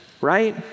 right